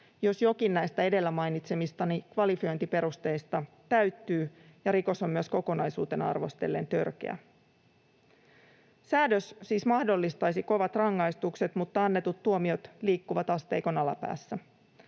jos jokin näistä edellä mainitsemistani kvalifiointiperusteista täyttyy ja rikos on myös kokonaisuutena arvostellen törkeä. Säädös siis mahdollistaisi kovat rangaistukset, mutta annetut tuomiot liikkuvat asteikon alapäässä.